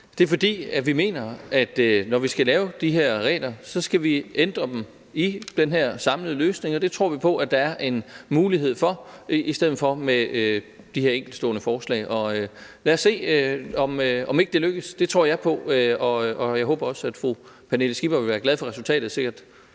er, fordi vi mener, at når vi skal lave de her regler, skal vi ændre dem i den her samlede løsning, og det tror vi på at der er en mulighed for, i stedet for at gøre det med de her enkeltstående forslag. Lad se, om ikke det lykkes. Det tror jeg på, og jeg håber også, at fru Pernille Skipper vil være glad for resultatet,